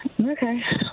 Okay